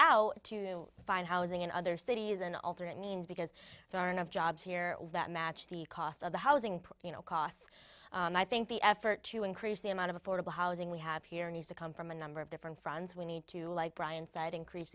out to find housing in other cities an alternate means because there are enough jobs here that match the cost of the housing costs and i think the effort to increase the amount of affordable housing we have here needs to come from a number of different fronts we need to like brian said increase